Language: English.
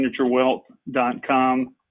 signaturewealth.com